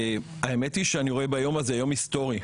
והאמת היא שאני רואה ביום הזה יום היסטורי.